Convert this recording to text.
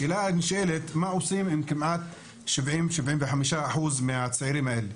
השאלה היא מה עושים עם 75% מהצעירים האלה?